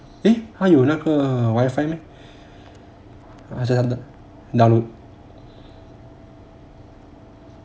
eh 他有那个 wifi meh